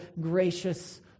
gracious